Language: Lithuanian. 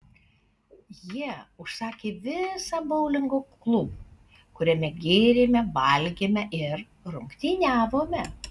jie užsakė visą boulingo klubą kuriame gėrėme valgėme ir rungtyniavome